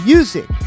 Music